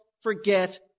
forget